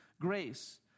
grace